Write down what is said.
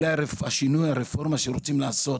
אבל אולי שיתחילו את הרפורמה שרוצים לעשות